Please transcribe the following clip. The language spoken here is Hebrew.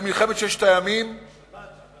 של מלחמת ששת הימים, שבת, שבת.